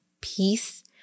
peace